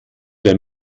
der